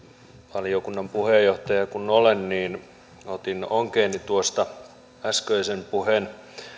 valiokunnan puheenjohtaja kun olen niin otin onkeeni tuosta äskeisen puheen